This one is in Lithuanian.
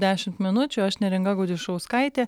dešimt minučių aš neringa gudišauskaitė